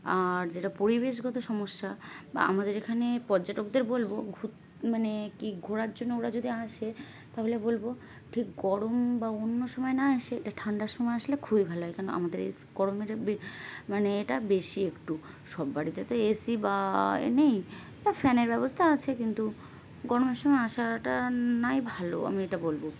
আর যেটা পরিবেশগত সমস্যা বা আমাদের এখানে পর্যটকদের বলবো ঘুর মানে কিী ঘোরার জন্য ওরা যদি আসে তাহলে বলবো ঠিক গরম বা অন্য সময় না এসে এটা ঠান্ডার সময় আসলে খুবই ভালো হয় কারণ আমাদের গরমের মানে এটা বেশি একটু সব বাড়িতে তো এসি বা এ নেই বা ফ্যানের ব্যবস্থা আছে কিন্তু গরমের সময় আসাটা নাই ভালো আমি এটা বলবো